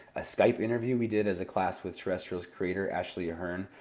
a skype interview we did as a class with terrestrial's creator, ashley ahearn,